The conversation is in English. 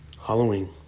Halloween